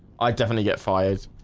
i definitely get fired.